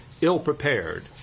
ill-prepared